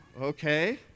okay